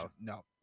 No